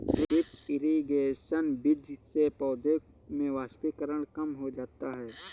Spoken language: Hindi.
ड्रिप इरिगेशन विधि से पौधों में वाष्पीकरण कम हो जाता है